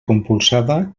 compulsada